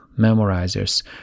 memorizers